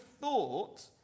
thought